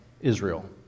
Israel